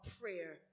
prayer